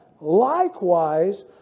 Likewise